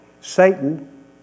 Satan